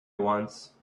once